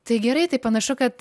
tai gerai tai panašu kad